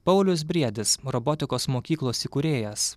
paulius briedis robotikos mokyklos įkūrėjas